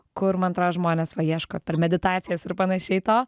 kur man atro žmonės va ieško per meditacijas ir panašiai to